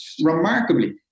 remarkably